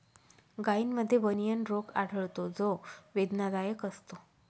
गायींमध्ये बनियन रोग आढळतो जो वेदनादायक असतो